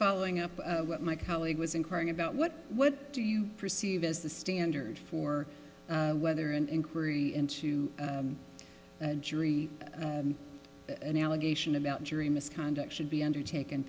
following up what my colleague was inquiring about what what do you perceive as the standard for whether an inquiry into a jury an allegation about jury misconduct should be undertak